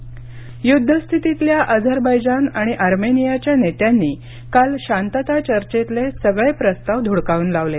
Azerbaijan Armenia युद्धस्थितीतल्या Azerbaijan आणि अर्मेनियाच्या नेत्यांनी काल शांतता चर्चेतले सगळे प्रस्ताव धुडकावून लावले